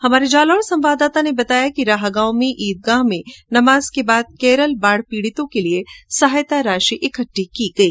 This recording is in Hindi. हमारे जालौर संवाददाता ने बताया कि राह गांव में ईदगाह में नमाज के बाद केरल बाढ़ पीड़ितों के लिए सहायता राशि इकट्ठी की गई